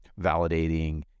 validating